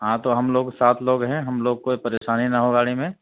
ہاں تو ہم لوگ سات لوگ ہیں ہم لوگ کوئی پریشانی نہ ہو گاڑی میں